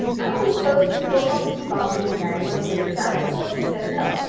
i always s'posed people had to keep on being married once they'd begun, but milty says no,